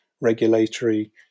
regulatory